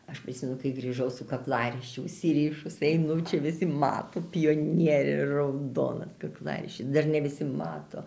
aš prisimenu kai grįžau su kaklaryšiu užsirišusi einu čia visi mato pionierė raudonas kaklaryšis dar ne visi mato